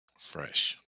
fresh